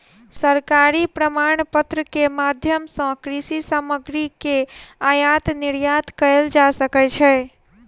सरकारी प्रमाणपत्र के माध्यम सॅ कृषि सामग्री के आयात निर्यात कयल जा सकै छै